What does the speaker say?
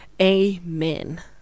Amen